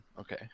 Okay